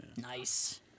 Nice